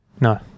No